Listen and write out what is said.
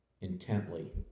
intently